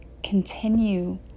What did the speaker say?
continue